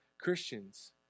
Christians